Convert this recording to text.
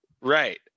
Right